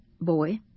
boy